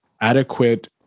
adequate